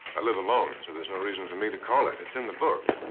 i live alone, so there's no reason for me to call it. it's in the book.